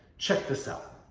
check this out.